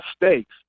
mistakes